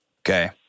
okay